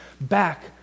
back